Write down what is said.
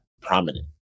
prominent